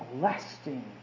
lasting